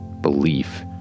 belief